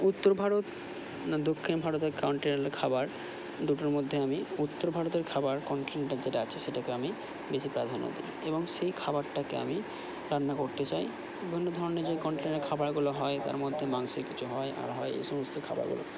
উত্তর ভারত না দক্ষিণ ভারতের কন্টিনেন্টাল খাবার দুটোর মধ্যে আমি উত্তর ভারতের খাবার কন্টিনেন্টাল যেটা আছে সেটাকে আমি বেশি প্রাধান্য দিই এবং সেই খাবারটাকে আমি রান্না করতে চাই বিভিন্ন ধরনের যে কন্টিনেন্টাল খাবারগুলো হয় তার মধ্যে মাংসের কিছু হয় আর হয় এ সমস্ত খাবারগুলো